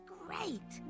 great